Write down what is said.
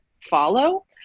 follow